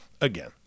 again